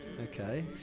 okay